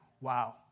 Wow